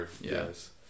yes